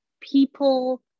people